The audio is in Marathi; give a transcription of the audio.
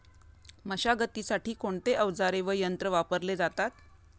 मशागतीसाठी कोणते अवजारे व यंत्र वापरले जातात?